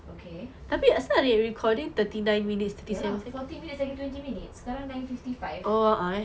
okay ya lah forty minutes and twenty minutes sekarang nine fifty five